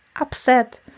upset